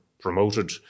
promoted